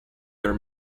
their